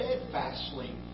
steadfastly